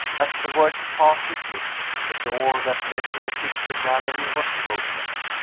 as the words passed his lips, the door that led to the picture gallery was opened.